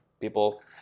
people